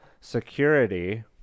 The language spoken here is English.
security